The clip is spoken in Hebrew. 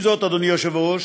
עם זאת, אדוני היושב-ראש,